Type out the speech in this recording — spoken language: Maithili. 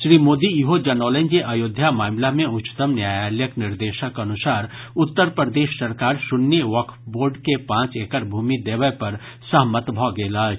श्री मोदी ईहो जनौलनि जे अयोध्या मामिला मे उच्चतम न्यायालयक निर्देशक अनुसार उत्तर प्रदेश सरकार सुन्नी वक्फ बोर्ड के पांच एकड़ भूमि देबय पर सहमत भऽ गेल अछि